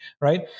right